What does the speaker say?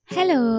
Hello